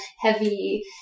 heavy